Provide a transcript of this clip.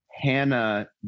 Hannah